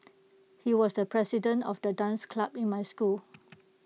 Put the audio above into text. he was the president of the dance club in my school